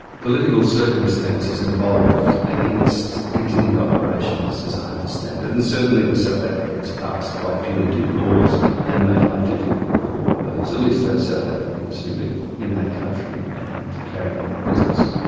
political circumstances evolved against continued operation, as i understand it, and certainly the south africans passed quite punitive laws and made life difficult for at least those south africans who lived in that country and carried on the business.